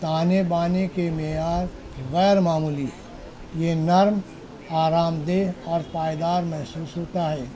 تانے بانے کے معیار غیر معمولی ہیں یہ نرم آرام دہ اور پائیدار محسوس ہوتا ہے